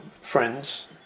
friends